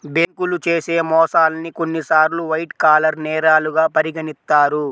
బ్యేంకులు చేసే మోసాల్ని కొన్నిసార్లు వైట్ కాలర్ నేరాలుగా పరిగణిత్తారు